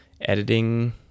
Editing